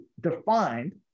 defined